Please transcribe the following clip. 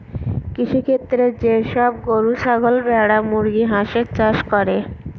কৃষিক্ষেত্রে যে সব গরু, ছাগল, ভেড়া, মুরগি, হাঁসের চাষ করে